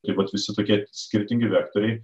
taip pat visi tokie skirtingi vektoriai